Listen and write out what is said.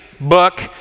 book